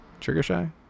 Trigger-shy